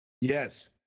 Yes